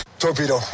torpedo